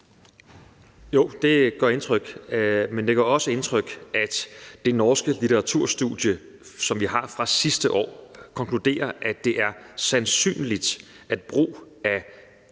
Jo, det gør indtryk, men det gør også indtryk, at det norske litteraturstudie, som vi har fra sidste år, konkluderer, at det er sandsynligt, at brug af